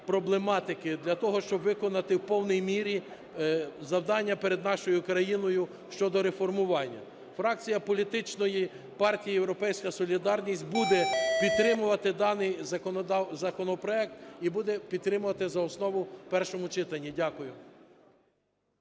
проблематики, для того щоб виконати в повній мірі завдання перед нашою країною щодо реформування. Фракція політичної партії "Європейська солідарність" буде підтримувати даний законопроект і буде підтримувати за основу в першому читанні. Дякую.